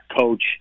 coach